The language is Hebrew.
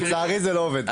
לצערי זה לא עובד כך.